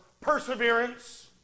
perseverance